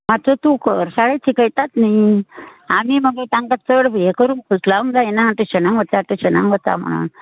मात्सो तूं कर शाळेत शिकयतात न्हय आमी मगे तांकां चड हें करूंक सुतलांवक जायना टुशनांग वचा टुशनांग वचा म्हणून